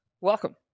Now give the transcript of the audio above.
Welcome